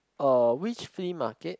uh which flea market